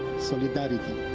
solidarity.